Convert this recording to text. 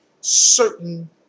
certain